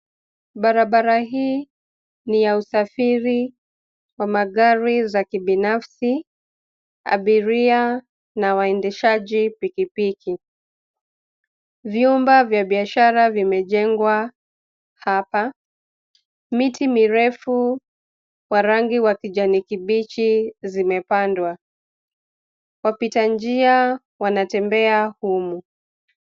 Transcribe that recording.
Barabara hii ni ya usafiri wa magari za kibinafsi, abiria na waendeshaji pikipiki. Vyumba vya biashara vimejengwa hapa. Miti mirefu wa rangi wa kijani kibichi zimepandwa. Wapita njia wanatembea humu.